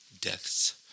Deaths